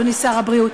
שר הבריאות,